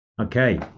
Okay